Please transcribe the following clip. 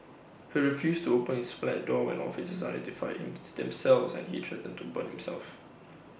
he refused to open his flat door when officers identified themselves and he threatened to burn himself